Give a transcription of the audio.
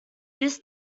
this